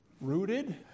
rooted